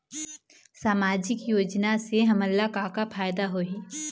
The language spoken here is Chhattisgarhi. सामाजिक योजना से हमन ला का का फायदा होही?